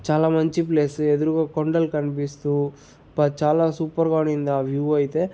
చాలా మంచి ప్లేస్ ఎదురుగా కొండలు కనిపిస్తూ ప చాలా సూపర్గా ఉన్నింది ఆ వ్యూ అయితే